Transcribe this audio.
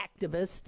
activists